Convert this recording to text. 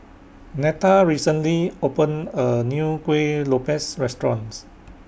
Netta recently opened A New Kueh Lopes Restaurant